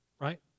right